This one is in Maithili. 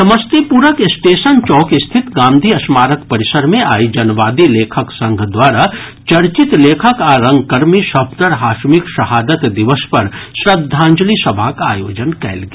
समस्तीपुरक स्टेशन चौक स्थित गांधी स्मारक परिसर मे आइ जनवादी लेखक संघ द्वारा चर्चित लेखक आ रंगकर्मी सफदर हाशमीक शहादत दिवस पर श्रद्धांजलि सभाक आयोजन कयल गेल